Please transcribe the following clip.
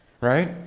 right